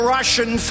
Russian